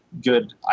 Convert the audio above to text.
good